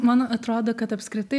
man atrodo kad apskritai